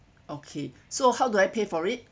okay so how do I pay for it